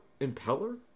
Impeller